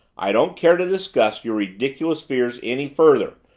i don't care to discuss your ridiculous fears any further.